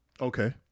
okay